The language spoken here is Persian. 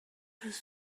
روز